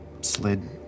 slid